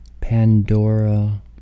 Pandora